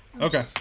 okay